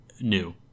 new